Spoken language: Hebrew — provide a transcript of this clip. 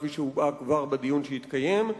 כפי שהובעה כבר בדיון שהתקיים,